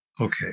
Okay